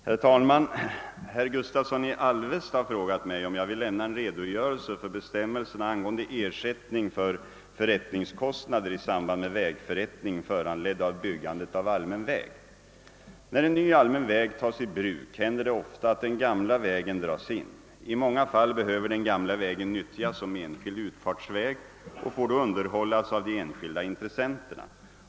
Herr talman! Herr Gustavsson i Alvesta har frågat mig, om jag vill lämna en redogörelse för bestämmelserna angående ersättning för förrättningskostnader i samband med vägförrättning, föranledd av byggandet av allmän väg. När en ny allmän väg tas i bruk händer det ofta att den gamla vägen dras in. I många fall behöver den gamla vägen nyttjas som enskild utfartsväg och får då underhållas av de enskilda intressenterna.